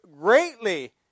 greatly